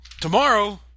tomorrow